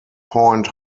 point